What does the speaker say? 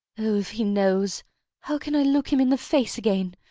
oh, if he knows how can i look him in the face again?